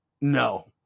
no